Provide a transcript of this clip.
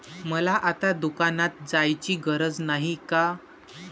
मला आता दुकानात जायची गरज नाही का?